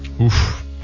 Oof